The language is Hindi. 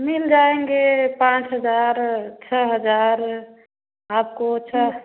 मिल जाएँगे पाँच हज़ार छः हज़ार आपको अच्छा